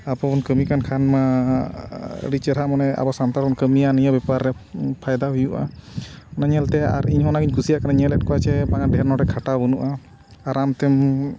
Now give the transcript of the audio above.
ᱟᱵᱚ ᱵᱚᱱ ᱠᱟᱹᱢᱤ ᱠᱟᱱ ᱠᱷᱟᱱ ᱢᱟ ᱟᱹᱰᱤ ᱪᱮᱨᱦᱟ ᱢᱟᱱᱮ ᱟᱵᱚ ᱥᱟᱱᱛᱟᱲ ᱵᱚᱱ ᱠᱟᱹᱢᱤᱭᱟ ᱱᱤᱭᱟᱹ ᱵᱮᱯᱟᱨ ᱨᱮ ᱯᱷᱟᱭᱫᱟ ᱦᱩᱭᱩᱜᱼᱟ ᱚᱱᱟ ᱧᱮᱞᱛᱮ ᱟᱨ ᱤᱧ ᱦᱚᱸᱧ ᱚᱱᱟ ᱜᱤᱧ ᱠᱩᱥᱤᱭᱟᱜ ᱠᱟᱱᱟ ᱧᱮᱞᱮᱫ ᱠᱚᱣᱟ ᱡᱮ ᱵᱟᱝ ᱰᱷᱮᱨ ᱱᱚᱰᱮ ᱠᱷᱟᱴᱟᱣ ᱵᱟᱹᱱᱩᱜᱼᱟ ᱟᱨᱟᱢ ᱛᱮᱢ